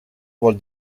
vuole